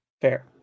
Fair